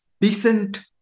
decent